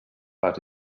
pas